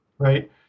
Right